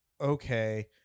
okay